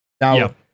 Now